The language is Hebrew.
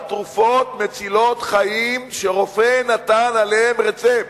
על תרופות מצילות חיים שרופא נתן עליהן רצפט,